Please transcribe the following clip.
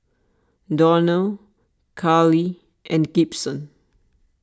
Donnell Karley and Gibson